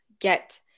get